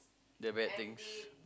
the bad things